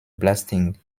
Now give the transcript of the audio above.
blasting